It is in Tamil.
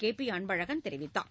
கேபிஅன்பழகன் தெரிவித்தார்